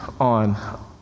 on